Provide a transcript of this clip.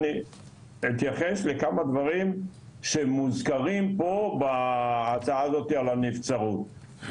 אני אתייחס לכמה דברים שמוזכרים פה בהצעה הזאתי על הנבצרות.